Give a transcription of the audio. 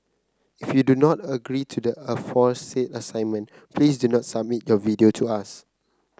if you do not agree to the aforesaid assignment please do not submit your video to us